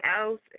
else